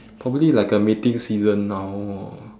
probably like a mating season now or